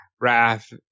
Wrath